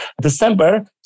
December